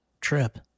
trip